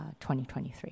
2023